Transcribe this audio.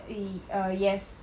uh err yes